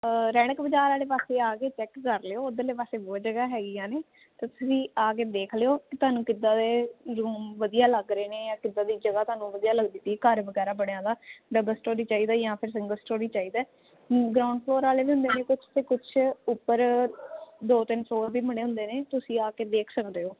ਰੈਣਕ ਬਾਜ਼ਾਰ ਵਾਲੇ ਪਾਸੇ ਆ ਗਏ ਚੈੱਕ ਕਰ ਲਿਓ ਉਧਰਲੇ ਪਾਸੇ ਬੋ ਜਗਾ ਹੈਗੀ ਆ ਨੇ ਤੁਸੀਂ ਆ ਕੇ ਦੇਖ ਲਿਓ ਤੁਹਾਨੂੰ ਕਿੱਦਾਂ ਦੇ ਰੂਮ ਵਧੀਆ ਲੱਗ ਰਹੇ ਨੇ ਕਿਦਾਂ ਦੀ ਜਗ੍ਹਾ ਤੁਹਾਨੂੰ ਵਧੀਆ ਲੱਗਦੀ ਸੀ ਘਰ ਵਗੈਰਾ ਬਣਿਆ ਦਾ ਮੈਂ ਸਟੋਰੀ ਚਾਹੀਦਾ ਜਾਂ ਫਿਰ ਸਿੰਗਰ ਸਟੋਰੀ ਚਾਹੀਦਾ ਗਰਾਊਂਡ ਫੋਰ ਵਾਲੇ ਹੁੰਦੇ ਨੇ ਕੁ ਉੱਪਰ ਦੋ ਤਿੰਨ ਸੋ ਵੀ ਬਣੇ ਹੁੰਦੇ ਨੇ ਤੁਸੀਂ ਆ ਕੇ ਦੇਖ ਸਕਦੇ ਹੋ